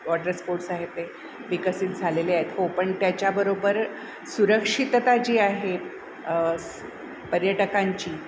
water sports आहेत ते विकसित झालेले आहेत हो पण त्याच्याबरोबर सुरक्षितता जी आहे स् पर्यटकांची